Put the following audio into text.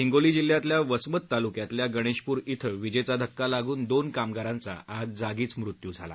हिंगोली जिल्ह्यातील वसमत ताल्क्यातील गणेशप्र इथं विजेचा धक्का लागून दोन कामगारांचा आज जागीच मृत्यू झाला